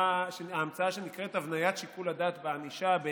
ההמצאה שנקראת הבניית שיקול הדעת בענישה היא